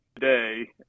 today